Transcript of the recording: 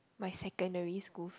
my secondary school f~